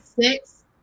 six